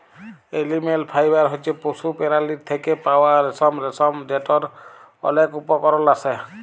animal fibre হছে পশু পেরালীর থ্যাকে পাউয়া রেশম, পশম যেটর অলেক উপকরল আসে